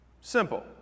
Simple